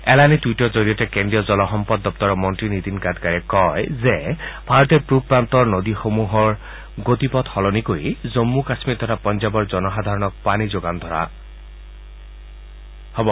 এলানি টুইটৰ জৰিয়তে কেন্দ্ৰীয় জলসম্পদ দপ্তৰৰ মন্ত্ৰী নীতিন গাডকাৰীয়ে কয় যে ভাৰতে পূব প্ৰান্তৰ নদীসমূহৰ পানীৰ গতিপথ সলনি কৰি জমূ কাশ্মীৰ তথা পাঞ্জাৱৰ জনসাধাৰণক যোগান ধৰিব